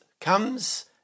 comes